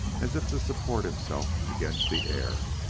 as if to support himself against the air.